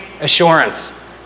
assurance